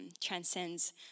transcends